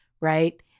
right